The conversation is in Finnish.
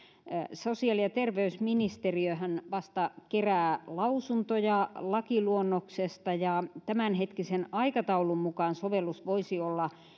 sosiaali ja terveysministeriöhän vasta kerää lausuntoja lakiluonnoksesta ja tämänhetkisen aikataulun mukaan sovellus voisi olla